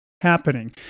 happening